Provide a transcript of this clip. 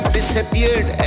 disappeared